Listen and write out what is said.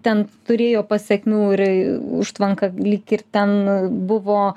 ten turėjo pasekmių ir užtvanka lyg ir ten buvo